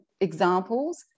examples